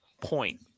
point